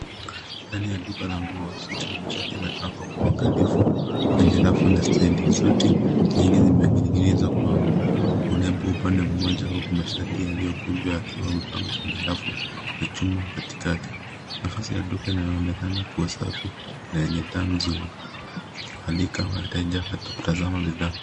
Ndani ya duka la nguo, suti na mashati yamepangwa kwa uangalifu kwenye rafu na stendi . Suti nyingi zimening'inizwa kwa urefu upande mmoja huku mashati yaliyokunjwa yakiwa yamepangwa kwenye rafu za chuma katikati. Nafasi ya duka inaonekana kuwa safi na yenye taa nzuri ikialika wateja kutazama bidhaa.